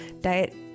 Diet